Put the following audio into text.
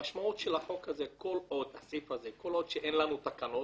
המשמעות של החוק הזה, שכל עוד אין לנו תקנות,